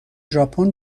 ژاپن